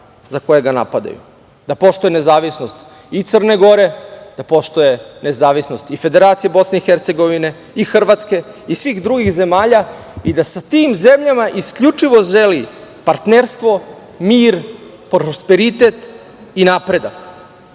za koje ga napadaju. Da poštuje nezavisnost i Crne Gore, da poštuje nezavisnost i Federacije Bosne i Hercegovine i Hrvatske i svih drugih zemalja i da sa tim zemljama isključivo želi partnerstvo, mir, prosperitet i napredak.